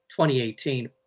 2018